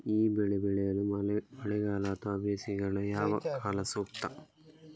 ಈ ಬೆಳೆ ಬೆಳೆಯಲು ಮಳೆಗಾಲ ಅಥವಾ ಬೇಸಿಗೆಕಾಲ ಯಾವ ಕಾಲ ಸೂಕ್ತ?